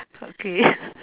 okay